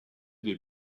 des